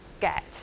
get